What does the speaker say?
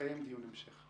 נקיים דיון המשך.